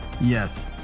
Yes